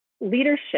leadership